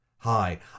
Hi